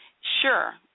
Sure